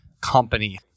company